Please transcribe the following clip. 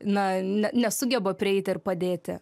na ne nesugeba prieiti ir padėti